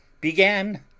began